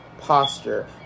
posture